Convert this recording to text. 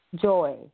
joy